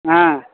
ஆ